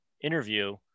interview